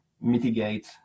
mitigate